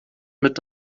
mit